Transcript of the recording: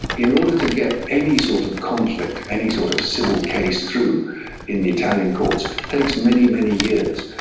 in order to get any sort of conflict, any sort of civil case through in the italian courts takes many, many years,